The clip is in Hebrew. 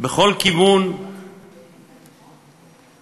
בכל כיוון, בכתובים,